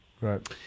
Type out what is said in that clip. Right